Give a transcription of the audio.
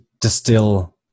distill